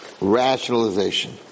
rationalization